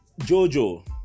Jojo